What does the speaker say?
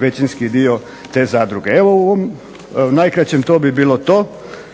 većinski dio te zadruge. Evo u ovom najkraćem to bi bilo to.